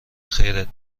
خیرت